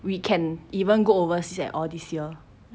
we can even go overseas at all this year